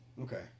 Okay